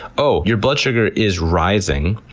oh, your blood sugar is rising,